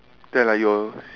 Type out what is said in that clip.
then like you'll